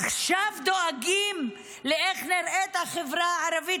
עכשיו דואגים לאיך נראית החברה הערבית?